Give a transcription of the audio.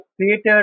created